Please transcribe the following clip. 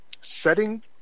setting